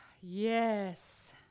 yes